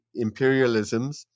imperialisms